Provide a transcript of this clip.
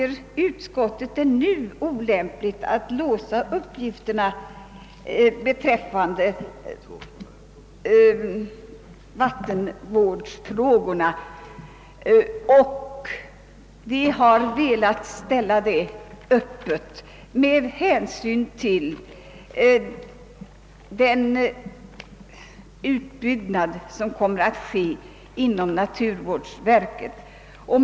Utskottet anser det därför olämpligt att nu låsa uppgifterna beträffande vattenvården, utan vi har med tanke på den utbyggnad som kommer att ske inom naturvårdsverket velat ställa frågan öppen.